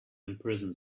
imprison